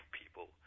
people